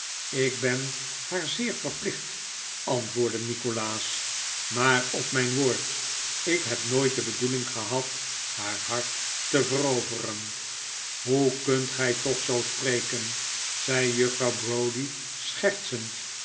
ik ben haar zeer verplicht antwoordde nikolaas maar op mijn woord ik heb nooit de bedoeling gehad haar hart te veroveren hoe kunt gij toch zoo spreken zei juffrouw browdie schertsend